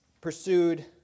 pursued